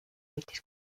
võttis